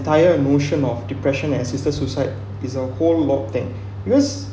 tire emotion of depression and assisted suicide is a whole lot thing because